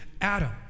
Adam